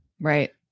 Right